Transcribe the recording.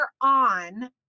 on